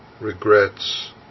regrets